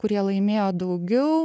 kurie laimėjo daugiau